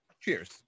cheers